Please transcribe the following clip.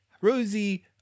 Rosie